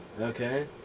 Okay